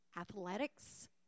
Athletics